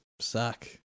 suck